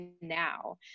now